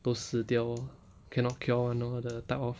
都死掉 orh cannot cure [one] orh the type of